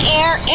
air